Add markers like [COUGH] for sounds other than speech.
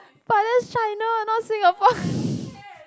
but that's China not Singapore [LAUGHS]